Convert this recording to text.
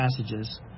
passages